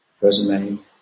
resume